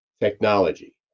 technology